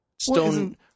Stone